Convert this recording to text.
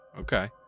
Okay